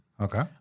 Okay